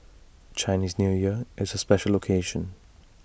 Chinese New Year is A special occasion